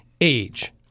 age